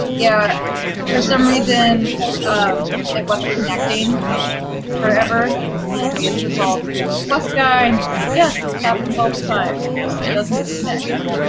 yeah for some reason um it wasn't connecting for ever and we had to call the google guy and he said yes this happens all the time it just doesn't connect.